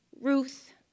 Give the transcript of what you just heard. Ruth